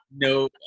No